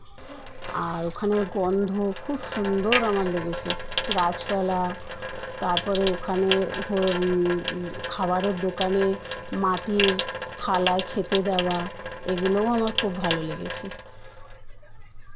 আর ওখানের গন্ধ খুব সুন্দর আমার লেগেছে গাছপালা তারপরে ওখানে খাবারের দোকানে মাটির থালায় খেতে দেওয়া এগুলোও আমার খুব ভালো লেগেছে